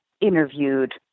interviewed